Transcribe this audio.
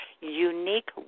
unique